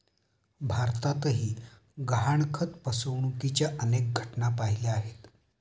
भारतातही गहाणखत फसवणुकीच्या अनेक घटना पाहिल्या आहेत